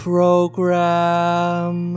Program